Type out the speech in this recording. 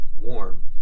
warm